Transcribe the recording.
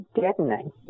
deadening